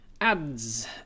Ads